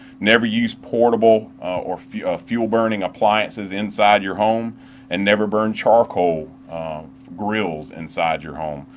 never use portable or fuel-burning appliances inside your home and never burned charcoal grills inside your home.